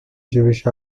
jewish